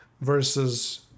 versus